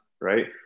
Right